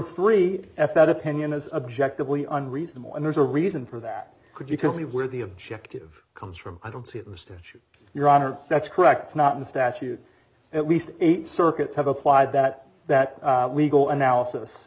three f that opinion as objectively unreasonable and there's a reason for that could you tell me where the objective comes from i don't see it was to issue your honor that's correct it's not in the statute at least eight circuits have applied that that legal analysis